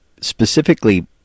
specifically